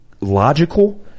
logical